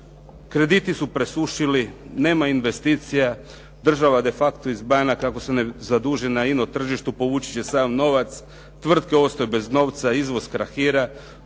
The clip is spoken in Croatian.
Krediti su presušili, nema investicija, država de facto iz banaka ako se ne zaduži na ino tržištu povući će sav novac, tvrtke ostaju bez novca, izvoz krahira,